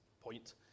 point